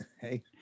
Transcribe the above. Hey